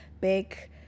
big